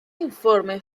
informe